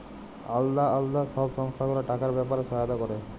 আলদা আলদা সব সংস্থা গুলা টাকার ব্যাপারে সহায়তা ক্যরে